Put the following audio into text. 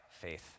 faith